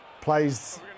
plays